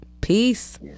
peace